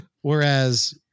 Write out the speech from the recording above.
Whereas